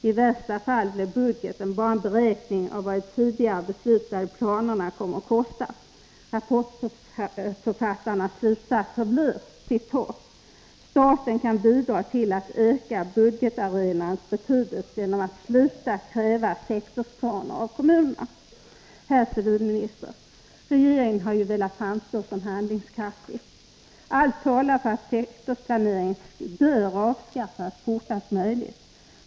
I värsta fall blir ringen budgeten bara en beräkning av vad de tidigare beslutade planerna kommer att kosta.” Rapportförfattarnas slutsatser blir: ”Staten kan bidra till att öka budgetarenans betydelse genom att sluta kräva sektorsplaner av kommunerna.” Herr civilminister! Regeringen har ju velat framstå som handlingskraftig. Allt talar för att sektorsplaneringen bör avskaffas fortast möjligt.